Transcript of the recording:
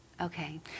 okay